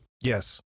Yes